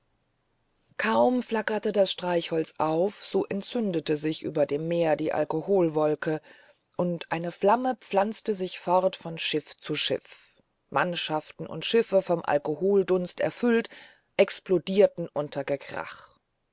kaum flackte das streichholz auf so entzündete sich über dem meer die alkoholwolke und eine flamme pflanzte sich fort von schiff zu schiff mannschaften und schiffe vom alkoholdunst erfüllt explodierten unter gekrach